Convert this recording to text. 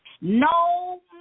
No